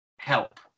help